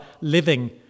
living